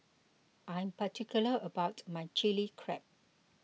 I am particular about my Chilli Crab